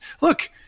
look